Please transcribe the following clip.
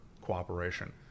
cooperation